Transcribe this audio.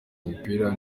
umupira